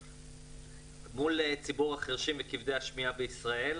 מול ציבור החירשים וכבדי השמיעה בישראל,